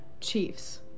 Chiefs